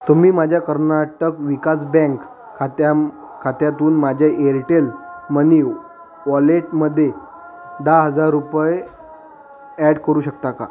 तुम्ही माझ्या कर्नाटक विकास बँक खात्या खात्यातून माझ्या एअरटेल मनीव वॉलेटमध्ये दहा हजार रुपये ॲड करू शकता का